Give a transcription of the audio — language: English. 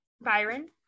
byron